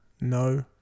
No